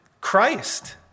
Christ